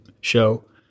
show